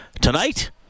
tonight